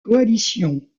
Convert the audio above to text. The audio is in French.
coalition